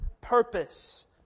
purpose